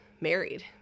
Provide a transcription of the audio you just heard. married